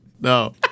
No